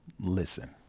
listen